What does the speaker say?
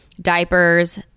diapers